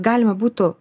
galima būtų